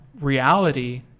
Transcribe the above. reality